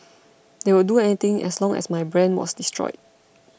they would do anything as long as my brand was destroyed